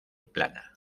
plana